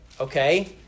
okay